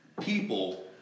people